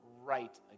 right